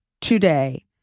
today